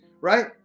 right